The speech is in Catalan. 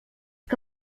que